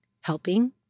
helping